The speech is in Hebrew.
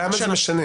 למה זה משנה?